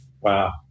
Wow